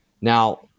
now